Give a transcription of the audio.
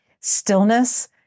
Stillness